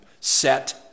Set